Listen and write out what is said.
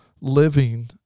living